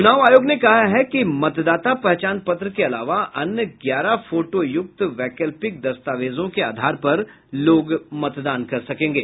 चुनाव आयोग ने कहा है कि मतदाता पहचान पत्र के अलावा अन्य ग्यारह फोटोयुक्त वैकल्पिक दस्तावेजों के आधार पर लोग मतदान कर सकेंगे